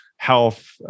health